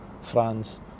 France